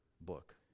book